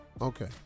Okay